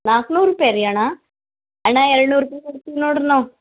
ನಾಲ್ಕು ನೂರು ರೂಪಾಯಿ ರೀ ಅಣ್ಣ ಅಣ್ಣ ಎರಡು ನೂರು ರೂಪಾಯಿ ಕೊಡ್ತಿವಿ ನೋಡ್ರಿ ನಾವು